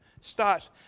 starts